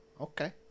okay